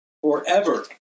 forever